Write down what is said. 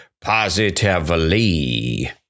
positively